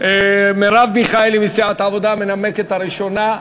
מרב מיכאלי מסיעת העבודה מנמקת ראשונה.